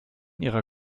ihrer